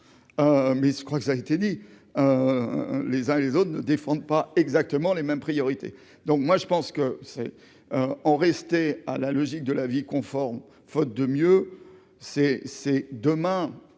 mais je crois que ça a été dit les uns et les autres ne défendent pas exactement les mêmes priorités, donc moi je pense que c'est en rester à la logique de la vie conforme, faute de mieux, c'est c'est